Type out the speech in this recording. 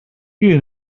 you